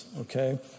okay